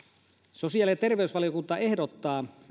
sosiaali ja terveysvaliokunta ehdottaa